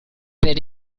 per